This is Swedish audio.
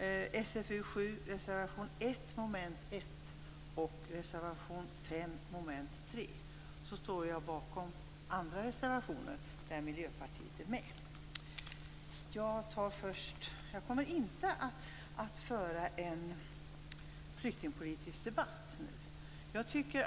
i SfU2 och till reservation 1 under moment 1 och reservation 5 under moment 3 i SfU7. Jag står också bakom andra reservationer där Miljöpartiet är med. Jag kommer inte att föra någon flyktingpolitisk debatt nu.